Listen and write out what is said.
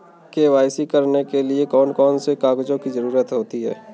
KYC करने के लिए कौन कौन से कागजों की जरूरत होती है?